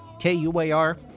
KUAR